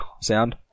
Sound